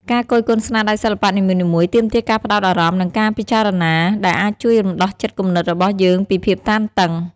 ការគយគន់ស្នាដៃសិល្បៈនីមួយៗ ទាមទារការផ្តោតអារម្មណ៍ និងការពិចារណា ដែលអាចជួយរំដោះចិត្តគំនិតរបស់យើងពីភាពតានតឹង។